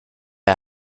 are